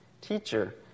Teacher